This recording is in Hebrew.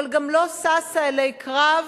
אבל גם לא ששה אלי קרב,